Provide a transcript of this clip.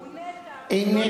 מונית.